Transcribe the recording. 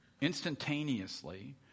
instantaneously